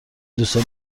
دوستان